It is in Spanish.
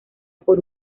por